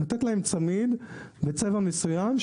לתת להם צמיד בצבע מסוים,